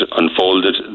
unfolded